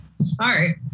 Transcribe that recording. Sorry